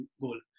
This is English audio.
goal